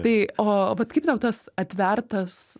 tai o vat kaip tau tas atvertas